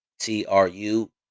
T-R-U